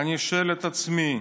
אני שואל את עצמי: